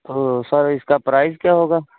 او sir اس کا price کیا ہوگا